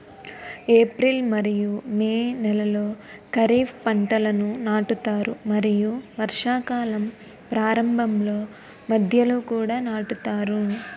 April మరియు May నెలలో ఖరీఫ్ పంటలను నాటుతారు మరియు వర్షాకాలం ప్రారంభంలో మధ్యలో కూడా నాటుతారు